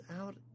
out